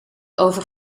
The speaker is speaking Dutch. over